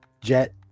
Jet